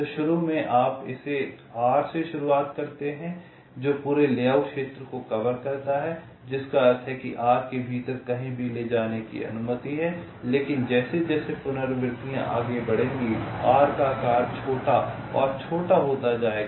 तो शुरू में आप इस R से शुरू करते हैं जो पूरे लेआउट क्षेत्र को कवर करता है जिसका अर्थ है कि R के भीतर कहीं भी ले जाने की अनुमति है लेकिन जैसे जैसे पुनरावृत्तियां आगे बढ़ेंगी R का आकार छोटा और छोटा होता जाएगा